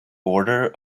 order